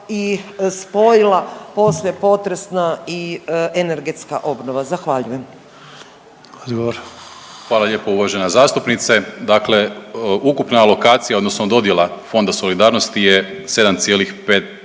i spojila poslije potresna i energetska obnova. Zahvaljujem.